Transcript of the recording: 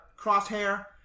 crosshair